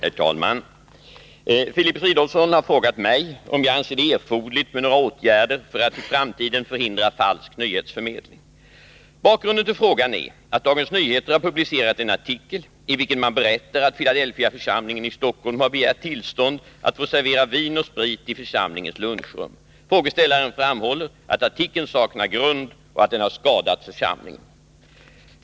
Herr talman! Filip Fridolfsson har frågat mig om jag anser det erforderligt med några åtgärder för att i framtiden förhindra falsk nyhetsförmedling. Bakgrunden till frågan är att Dagens Nyheter har publicerat en artikel i vilken man berättar att Filadelfiaförsamlingen i Stockholm har begärt tillstånd att få servera vin och sprit i församlingens lunchrum. Frågeställaren framhåller att artikeln saknar grund och att den har skadat församlingen.